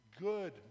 good